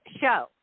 show